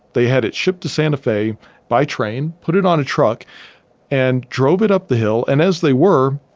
they had it shipped to santa fe by train, put it on a truck and drove it up the hill. and as they were,